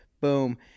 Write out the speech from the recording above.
boom